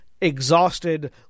exhausted